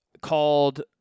called